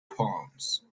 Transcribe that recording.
palms